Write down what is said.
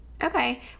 Okay